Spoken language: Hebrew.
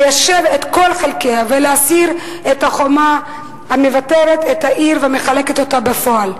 ליישב את כל חלקיה ולהסיר את החומה המבתרת את העיר ומחלקת אותה בפועל.